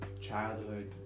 childhood